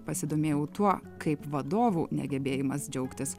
pasidomėjau tuo kaip vadovų negebėjimas džiaugtis